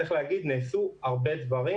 צריך לומר שנעשו הרבה דברים.